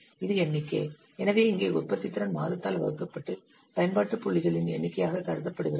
இது எண்ணிக்கை எனவே இங்கே உற்பத்தித்திறன் மாதத்தால் வகுக்கப்பட்டு பயன்பாட்டு புள்ளிகளின் எண்ணிக்கையாகக் கருதப்படுகிறது